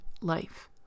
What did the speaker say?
life